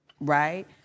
right